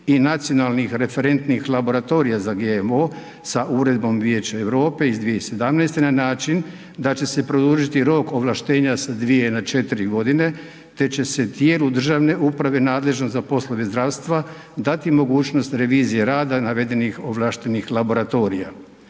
i nacionalnih referentnih laboratorija za GMO sa Uredbom Vijeća Europe iz 2017. na način da će se produžiti rok ovlaštenja sa 2 na 4 godine te će se tijelu državne uprave nadležnom za poslove zdravstva dati mogućnost revizije rada navedenih ovlaštenih laboratorija.